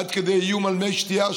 עד כדי איום על מי שתייה,